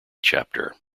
chapter